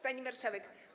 Pani Marszałek!